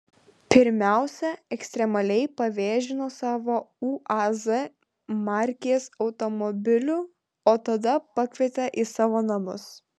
pirmiausia ekstremaliai pavėžino savo uaz markės automobiliu o tada pakvietė į savo namus